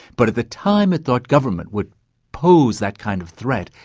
but at the time it thought government would pose that kind of threat,